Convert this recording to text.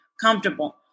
comfortable